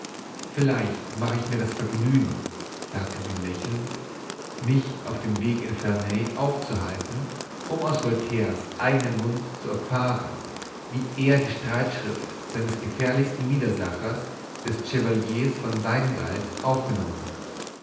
vielleicht mache ich mir das vergnügen sagte sie lächelnd mich auf dem weg in ferney aufzuhalten um aus voltaires eigenem mund zu erfahren wie er die streitschrift seines gefährlichsten widersachers des chevaliers von seingalt aufgenommen